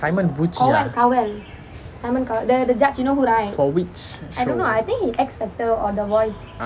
simon போச்சு:pochu ah for which show